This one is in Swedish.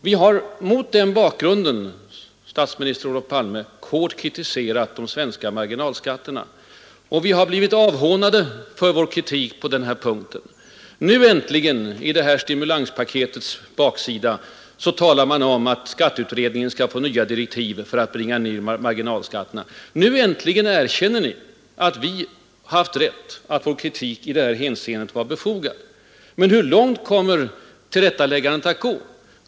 Vi har mot den här bakgrunden, statsminister Olof Palme, hårt kritiserat de svenska marginalskatterna, och vi har blivit avhånade för vår kritik på den punkten. Nu äntligen, i samband med det s.k. stimulanspaketet, ger ni skatteutredningen direktiv att bringa ner marginalskatterna. Nu äntligen erkänner ni att vi haft rätt, att vår kritik i detta hänseende varit befogad. Men hur långt kommer tillrättaläggandet att gå?